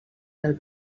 del